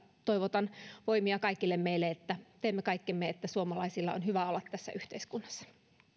toivotan voimia kaikille meille että teemme kaikkemme että suomalaisilla on hyvä olla tässä yhteiskunnassa